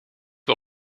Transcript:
wil